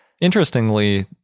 Interestingly